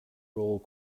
role